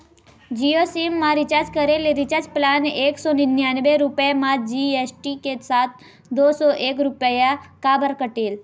Jio SIM मा recharge करे ले रिचार्ज प्लान एक सौ निन्यानबे रुपए मा जी.एस.टी के साथ दो सौ एक रुपया काबर कटेल?